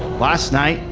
last night,